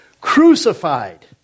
crucified